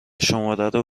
شمارو